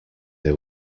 they